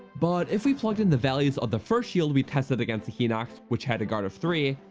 but if we plugged in the values of the first shield we tested against the hinox which had a guard of three,